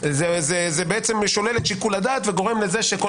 זה שולל את שיקול הדעת וגורם לזה שכל